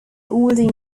older